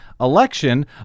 election